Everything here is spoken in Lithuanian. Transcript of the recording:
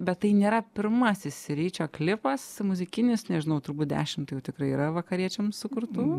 bet tai nėra pirmasis ryčio klipas muzikinis nežinau turbūt dešimt tai jau tikrai yra vakariečiams sukurtų